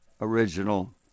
original